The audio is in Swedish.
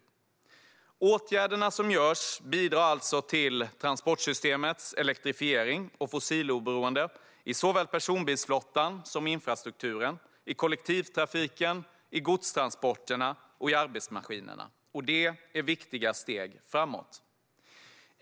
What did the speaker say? De åtgärder som vidtas bidrar alltså till transportsystemets elektrifiering och fossiloberoende i personbilsflottan, i infrastrukturen, i kollektivtrafiken, i godstransporterna och i arbetsmaskinerna. Det är viktiga steg framåt.